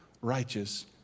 righteous